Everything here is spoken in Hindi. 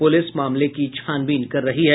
पुलिस मामले की छानबीन कर रही है